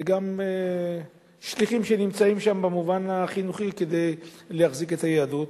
וגם בשליחים שנמצאים שם במובן החינוכי כדי להחזיק את היהדות.